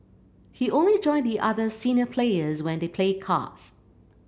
he only join the other senior players when they played cards